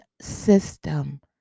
system